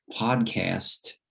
podcast